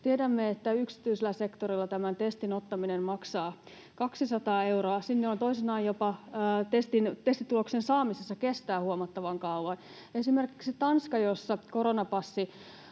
Tiedämme, että yksityisellä sektorilla tämän testin ottaminen maksaa 200 euroa, ja toisinaan testituloksen saamisessa jopa kestää huomattavan kauan. Esimerkiksi Tanskassa, jossa koronapassi